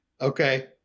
Okay